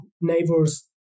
neighbors